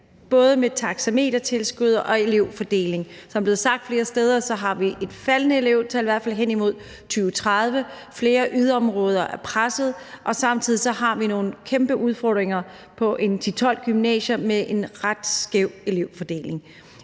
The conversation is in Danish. til taxametertilskud og elevfordeling. Som det er blevet sagt flere steder, har vi et faldende elevtal, i hvert fald hen imod 2030, flere yderområder er pressede, og samtidig har vi nogle kæmpe udfordringer på en 10-12 gymnasier med en ret skæv elevfordeling.